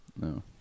No